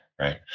right